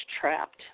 trapped